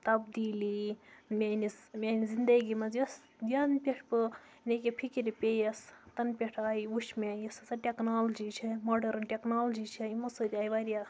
تَبدیٖلی میٛٲنِس میٛانہِ زِندگی منٛز یۄس یَنہٕ پٮ۪ٹھ بہٕ یعنی کہِ فِکرِ پیٚیَس تَنہٕ پٮ۪ٹھ آیہِ وٕچھ مےٚ یُس ہَسا ٹٮ۪کنالجی چھےٚ ماڈٲرٕن ٹٮ۪کنالجی چھےٚ یِمو سۭتۍ آیہِ واریاہ